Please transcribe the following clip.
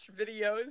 videos